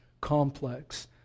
complex